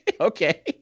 okay